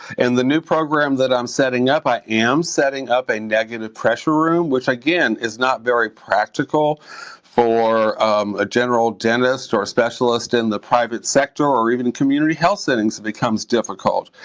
and the new program i'm setting up, i am setting up a negative pressure room, which again, is not very practical for a general dentist or a specialist in the private sector or even community health settings becomes difficult.